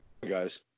guys